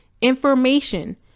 information